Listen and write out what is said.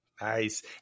Nice